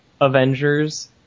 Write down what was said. Avengers